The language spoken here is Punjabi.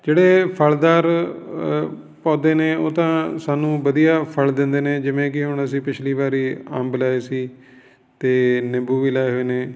ਜਿਹੜੇ ਫਲ਼ਦਾਰ ਪੌਦੇ ਨੇ ਉਹ ਤਾਂ ਸਾਨੂੰ ਵਧੀਆ ਫਲ਼ ਦਿੰਦੇ ਨੇ ਜਿਵੇਂ ਕਿ ਹੁਣ ਅਸੀਂ ਪਿਛਲੀ ਵਾਰੀ ਅੰਬ ਲਾਏ ਸੀ ਅਤੇ ਨਿੰਬੂ ਵੀ ਲਾਏ ਹੋਏ ਨੇ